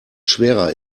schwerer